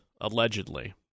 allegedly